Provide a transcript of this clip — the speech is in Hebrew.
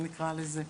נקרא לזה.